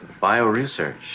bio-research